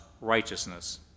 righteousness